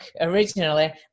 originally